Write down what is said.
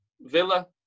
Villa